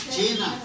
China